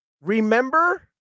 remember